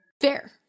Fair